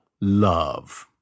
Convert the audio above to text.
love